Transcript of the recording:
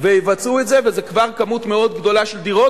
ויבצעו את זה, וזה כבר כמות מאוד גדולה של דירות.